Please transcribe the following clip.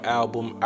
album